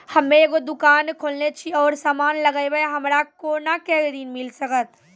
हम्मे एगो दुकान खोलने छी और समान लगैबै हमरा कोना के ऋण मिल सकत?